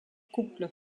couple